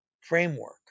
framework